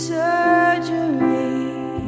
surgery